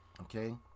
okay